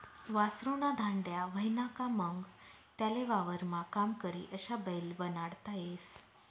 वासरु ना धांड्या व्हयना का मंग त्याले वावरमा काम करी अशा बैल बनाडता येस